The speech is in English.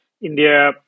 India